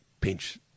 pinch